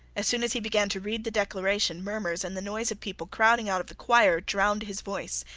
as soon as he began to read the declaration, murmurs and the noise of people crowding out of the choir drowned his voice.